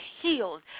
healed